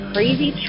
Crazy